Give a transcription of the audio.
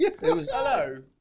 hello